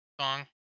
song